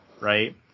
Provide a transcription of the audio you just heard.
right